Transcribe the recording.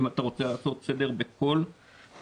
אם אתה רוצה לעשות סדר בכל העניין,